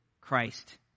Christ